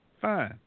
fine